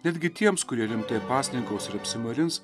netgi tiems kurie rimtai pasninkaus ir apsimarins